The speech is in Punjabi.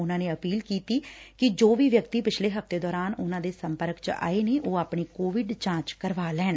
ਉਨਾਂ ਨੇ ਅਪੀਲ ਕੀਤੀ ਐ ਕਿ ਜੋ ਵੀ ਵਿਕਅਤੀ ਪਿਛਲੇ ਹਫ਼ਤੇ ਦੌਰਾਨ ਉਨਾਂ ਦੇ ਸੰਪਰਕ ਚ ਆਏ ਨੇ ਆਪਣੀ ਕੋਵਿਡ ਜਾਚ ਕਰਵਾ ਲੈਣ